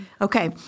Okay